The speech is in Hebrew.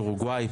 אורוגוואי,